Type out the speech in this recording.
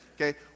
okay